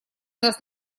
нас